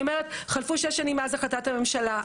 חלפו שש שנים מאז החלטת הממשלה,